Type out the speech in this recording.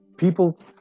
People